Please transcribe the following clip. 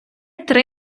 три